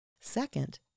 Second